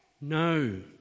No